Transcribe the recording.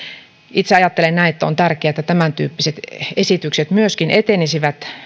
itse ajattelen näin että on tärkeää että tämäntyyppiset esitykset myöskin etenisivät